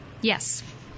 Yes